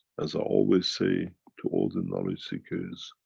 as i always say to all the knowledge seekers,